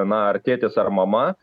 na ar tėtis ar mama